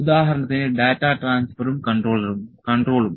ഉദാഹരണത്തിന് ഡാറ്റ ട്രാൻസ്ഫറും കൺട്രോളും